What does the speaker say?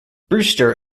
brewster